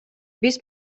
биз